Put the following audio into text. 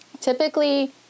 Typically